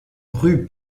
rue